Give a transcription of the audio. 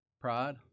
Pride